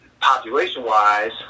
Population-wise